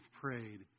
prayed